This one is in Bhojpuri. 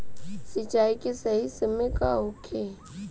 सिंचाई के सही समय का होखे?